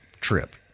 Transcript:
trip